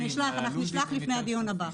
אנחנו נשלח לפני הדיון הבא.